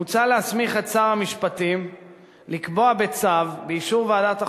מוצע להסמיך את שר המשפטים לקבוע בצו באישור ועדת החוקה,